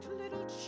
little